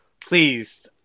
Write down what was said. Please